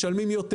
משלמים יותר.